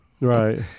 right